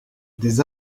des